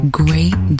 great